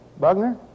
Bugner